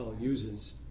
uses